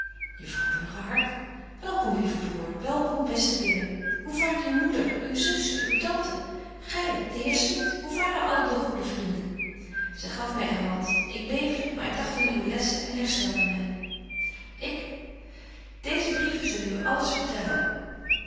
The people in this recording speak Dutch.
welkom lieve broêr welkom beste willem hoe vaart uw moeder uw zuster uw tante gy de heer smit hoe varen alle de goede vrienden zy gaf my de hand ik beefde maar ik dagt aan uwe lessen en herstelde my ik deeze brieven zullen u alles vertellen